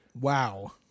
wow